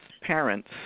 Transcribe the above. parents